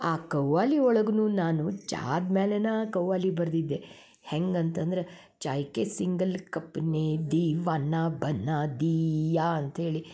ಆ ಖವಾಲಿ ಒಳಗೂ ನಾನು ಚಾದ ಮ್ಯಾಲೆನಾ ಖವಾಲಿ ಬರ್ದಿದ್ದೆ ಹೆಂಗಂತಂದರೆ ಚಾಯ್ಕೆ ಸಿಂಗಲ್ ಕಪನೇ ದೀವಾನ ಬನಾ ದೀಯಾ ಅಂತ್ಹೇಳಿ